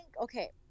Okay